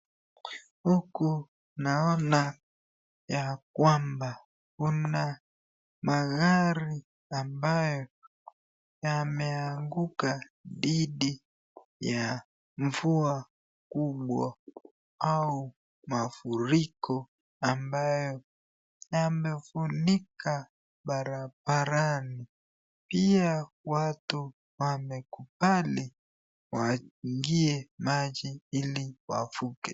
Huku naona ya kwamba kuna magari ambayo yameanguka dhidi ya mvua kubwa au mafuriko ambayo yamefunika barabarani, pia watu wamekubali waingie maji ili wavuke.